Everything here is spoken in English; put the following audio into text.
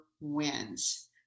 wins